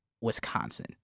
Wisconsin